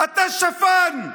אתה שפן.